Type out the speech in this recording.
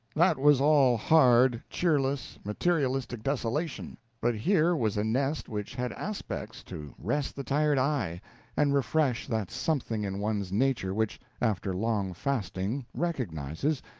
that was all hard, cheerless, materialistic desolation, but here was a nest which had aspects to rest the tired eye and refresh that something in one's nature which, after long fasting, recognizes,